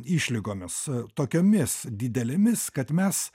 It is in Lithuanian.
išlygomis tokiomis didelėmis kad mes